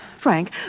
Frank